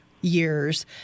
years